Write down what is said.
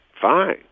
Fine